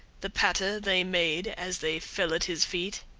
the patter they made as they fell at his feet!